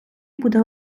буде